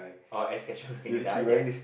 oh Ash Ketchum looking guy yes